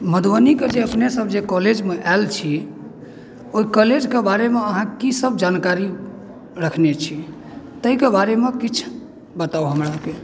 मधुबनीके जे अपने सभ जे कॉलेज मे आयल छी ओहि कलेज के बारेमे अहाँ की सभ जानकारी रखने छी ताहि के बारेमे किछु बताउ हमराके